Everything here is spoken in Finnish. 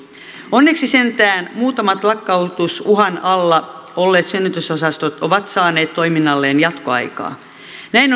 onneksi sentään muutamat lakkautusuhan alla olleet synnytysosastot ovat saaneet toiminnalleen jatkoaikaa näin